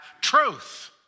truth